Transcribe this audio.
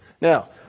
Now